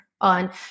on